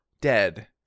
dead